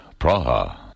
Praha